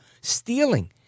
stealing